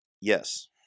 yes